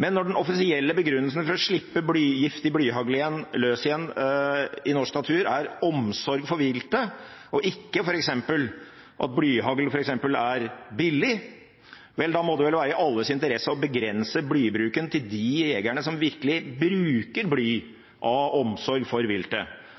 Men når den offisielle begrunnelsen for å slippe giftig blyhagl løs igjen i norsk natur er omsorg for viltet – og ikke f.eks. at blyhagl er billig – vel da må det vel være i alles interesse å begrense blybruken til de jegerne som virkelig bruker bly av omsorg for viltet,